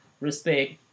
Respect